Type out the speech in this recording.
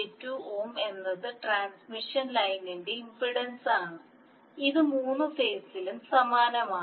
ഓം എന്നത് ട്രാൻസ്മിഷൻ ലൈനിന്റെ ഇംപെഡൻസാണ് ഇത് മൂന്ന് ഫേസിലും സമാനമാണ്